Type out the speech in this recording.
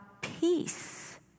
peace